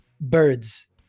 birds